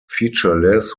featureless